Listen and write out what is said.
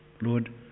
Lord